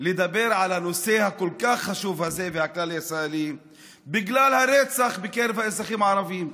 לדבר על הנושא החשוב כל כך הזה בגלל הרצח בקרב האזרחים הערבים.